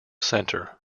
centre